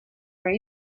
are